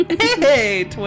Hey